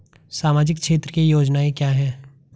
सामाजिक क्षेत्र की योजनाएं क्या हैं?